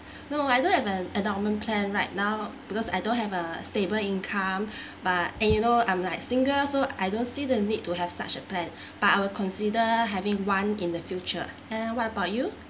no I don't have an endowment plan right now because I don't have a stable income but and you know I'm like single so I don't see the need to have such a plan but I will consider having one in the future uh what about you